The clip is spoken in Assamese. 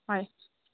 হয়